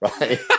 right